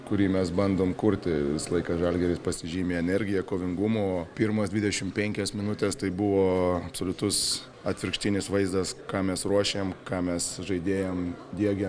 kurį mes bandom kurti visą laiką žalgiris pasižymi energija kovingumu pirmas dvidešim penkias minutes tai buvo absoliutus atvirkštinis vaizdas ką mes ruošėm ką mes žaidėjam diegėm